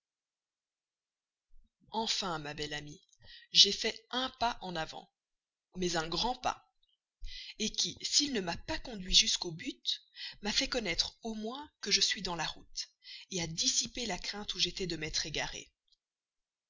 enfin ma belle amie j'ai fait un pas en avant mais un grand pas qui s'il ne m'a pas conduit jusqu'au but m'a fait connaître au moins que je suis dans la route a dissipé la crainte où j'étais de m'être égaré